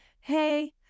hey